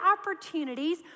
opportunities